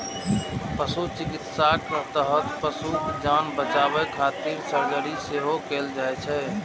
पशु चिकित्साक तहत पशुक जान बचाबै खातिर सर्जरी सेहो कैल जाइ छै